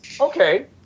Okay